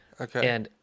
Okay